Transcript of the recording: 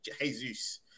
Jesus